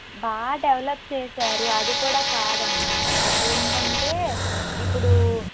బాగా డెవలప్ చేశారు అది కూడా కాదమ్మా నేను అనేది ఏంటంటే ఇప్పుడూ